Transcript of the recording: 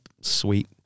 Sweet